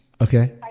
Okay